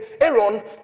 Aaron